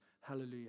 Hallelujah